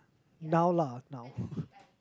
now lah now